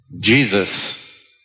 Jesus